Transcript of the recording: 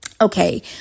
okay